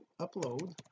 upload